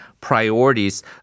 priorities